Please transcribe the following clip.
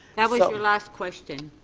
that was your last question.